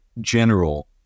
general